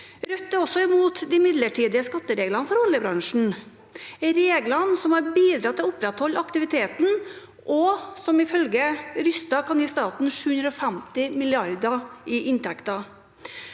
Rødt er også imot de midlertidige skattereglene for oljebransjen, regler som har bidratt til å opprettholde aktiviteten, og som ifølge Rystad kan gi staten 750 mrd. kr i inntekter.